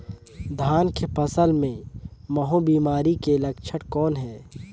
धान के फसल मे महू बिमारी के लक्षण कौन हे?